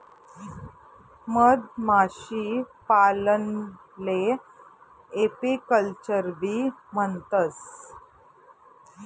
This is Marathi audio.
मधमाशीपालनले एपीकल्चरबी म्हणतंस